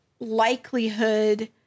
likelihood